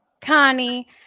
Connie